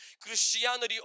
Christianity